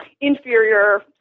inferior